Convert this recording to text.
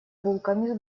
булками